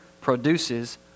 produces